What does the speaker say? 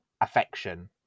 affection